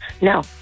No